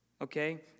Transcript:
Okay